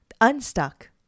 Unstuck